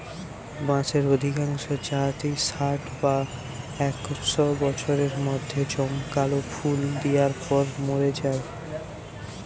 বাঁশের অধিকাংশ জাতই ষাট বা একশ বছরের মধ্যে জমকালো ফুল দিয়ার পর মোরে যায়